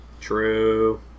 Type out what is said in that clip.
True